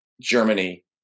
Germany